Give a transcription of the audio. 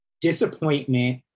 disappointment